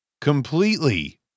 completely